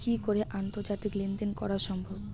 কি করে আন্তর্জাতিক লেনদেন করা সম্ভব?